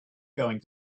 going